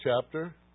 chapter